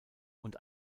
und